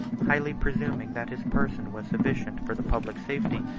highly presuming that his person was sufficient for the public safety,